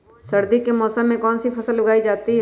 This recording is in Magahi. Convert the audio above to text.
सर्दी के मौसम में कौन सी फसल उगाई जाती है?